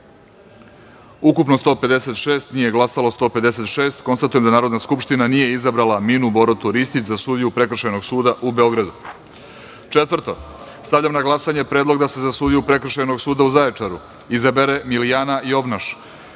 Ukupno – 156, nije glasalo 156.Konstatujem da Narodna skupština nije izabrala Minu Borotu Ristić za sudiju Prekršajnog suda u Beogradu. Četvrto - Stavljam na glasanje predlog da se za sudiju Prekršajnog suda u Zaječaru izabere Milijana Jovnaš,